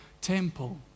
temple